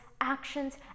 actions